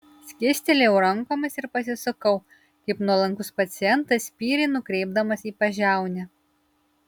skėstelėjau rankomis ir pasisukau kaip nuolankus pacientas spyrį nukreipdamas į pažiaunę